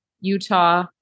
Utah